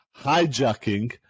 hijacking